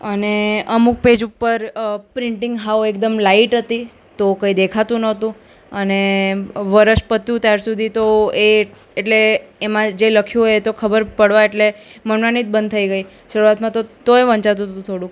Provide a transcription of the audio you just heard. અને અમુક પેજ ઉપર પ્રિન્ટિંગ સાવ એકદમ લાઈટ હતી તો કંઈ દેખાતું નહોતું અને વર્ષ પત્યું ત્યાર સુધી તો એ એટલે એમાં જે લખ્યું હોય એ તો ખબર પડવા એટલે મળવાની જ બંધ થઈ ગઈ શરૂઆતમાં તો તોય વંચાતું હતું થોડું